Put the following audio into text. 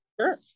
Sure